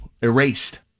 erased